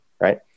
right